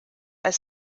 als